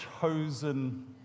chosen